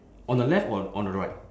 on the left or on the right